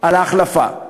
על ההחלפה.